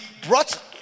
brought